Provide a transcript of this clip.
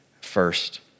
first